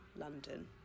London